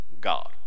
God